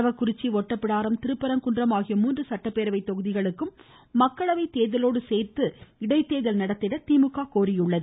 அரவக்குறிச்சி ஒட்டப்பிடாரம் திருப்பரங்குன்றம் ஆகிய மூன்று சட்டப்பேரவை தொகுதிகளுக்கும் மக்களவை தேர்தலோடு சேர்த்து இடைத்தேர்தல் நடத்திட திமுக கோரியுள்ளது